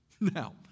Now